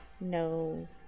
No